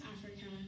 Africa